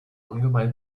ungemein